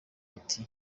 ati